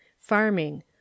farming